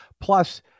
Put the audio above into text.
plus